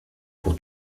pour